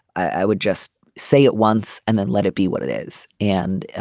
i would just say it once and then let it be what it is. and